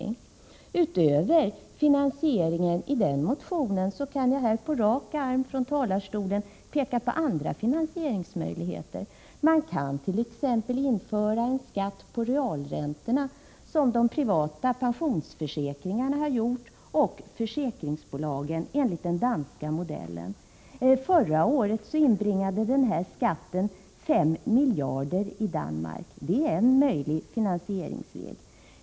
Utöver vad som anges när det gäller finansieringen i den motionen kan jag här från talarstolen på rak arm peka på andra finansieringsmöjligheter. Den danska modellen innebär att en skatt läggs på de privata pensionsförsäkringarnas och på försäkringsbolagens räntor. Förra året inbringade den här skatten 5 miljarder i Danmark. Det är en möjlig finansieringsväg.